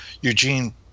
Eugene